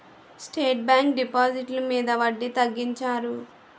state bank డిపాజిట్లు మీద వడ్డీ తగ్గించారు